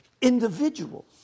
individuals